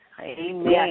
Amen